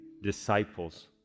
disciples